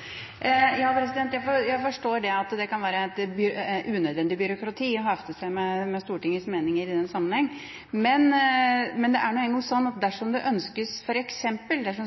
kan være unødvendig byråkrati å hefte seg ved Stortingets meninger i den sammenheng. Men det er nå en gang sånn at dersom